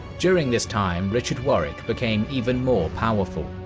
during this time richard warwick became even more powerful,